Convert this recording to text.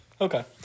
Okay